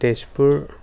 Tezpur